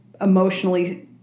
emotionally